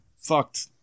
fucked